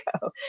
go